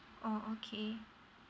oh okay